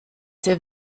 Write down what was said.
sehr